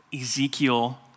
Ezekiel